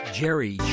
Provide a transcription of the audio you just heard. Jerry